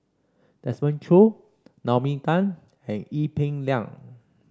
Desmond Choo Naomi Tan and Ee Peng Liang